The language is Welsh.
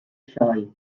sioe